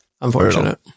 Unfortunate